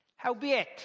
Howbeit